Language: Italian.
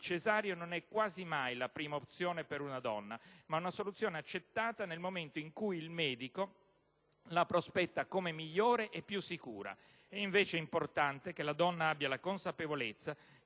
cesareo non è quasi mai la prima opzione per una donna, ma una soluzione accettata nel momento in cui il medico la prospetta come migliore e più sicura. È invece importante che la donna abbia la consapevolezza